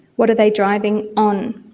what are they driving on?